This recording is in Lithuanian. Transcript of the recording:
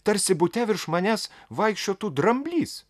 tarsi bute virš manęs vaikščiotų dramblys